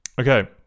Okay